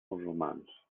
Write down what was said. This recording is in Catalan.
musulmans